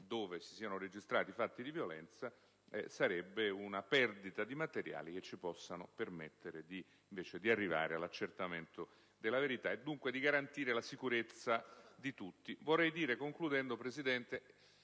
dove si siano registrati fatti di violenza comporterebbe la perdita di materiali che potrebbero permetterci di arrivare, invece, all'accertamento della verità e, dunque, di garantire la sicurezza di tutti.